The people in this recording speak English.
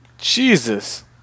Jesus